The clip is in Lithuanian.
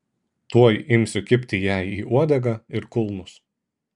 tuoj imsiu kibti jai į uodegą ir kulnus